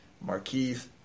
Marquise